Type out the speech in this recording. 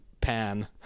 pan